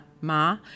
ma